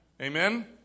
Amen